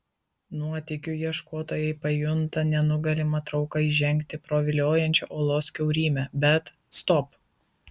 nuotykių ieškotojai pajunta nenugalimą trauką įžengti pro viliojančią olos kiaurymę bet stop